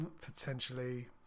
potentially